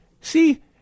see